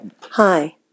Hi